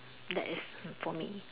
that is for me